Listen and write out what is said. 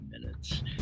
minutes